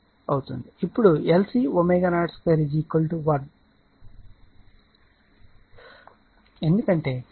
ఇప్పుడు LC ω02 1 ఎందుకంటే ω0 1 √LC